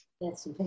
yes